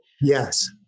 Yes